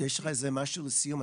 יש לך איזה משהו לומר לסיום?